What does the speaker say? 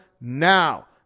now